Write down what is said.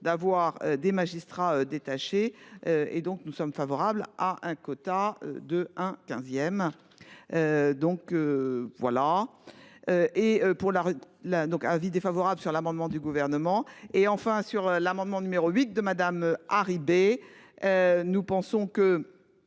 d'avoir des magistrats détachés. Et donc nous sommes favorables à un quota de 1 quinzième. Donc. Voilà. Et pour la la donc un avis défavorable sur l'amendement du gouvernement et enfin sur l'amendement numéro 8 de Madame Harribey. Nous pensons que.